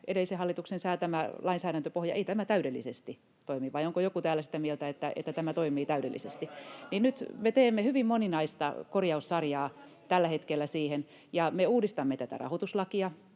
edellisen hallituksen säätämä lainsäädäntöpohja täydellisesti toimi. Vai onko joku täällä sitä mieltä, että tämä toimii täydellisesti? Nyt me teemme hyvin moninaista korjaussarjaa tällä hetkellä siihen, ja me uudistamme tätä rahoituslakia.